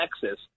Texas